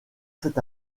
cet